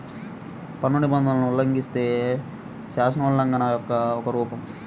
పన్ను నిబంధనలను ఉల్లంఘిస్తే, శాసనోల్లంఘన యొక్క ఒక రూపం